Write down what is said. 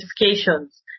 notifications